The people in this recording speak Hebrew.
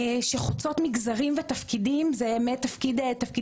העדויות חוצות מגזרים ותפקידים - מתפקידים